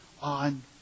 on